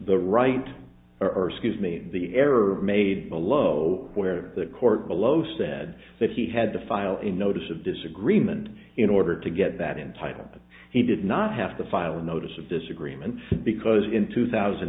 the right or excuse me the error made below where the court below said that he had to file a notice of disagreement in order to get that in title but he did not have to file a notice of disagreement because in two thousand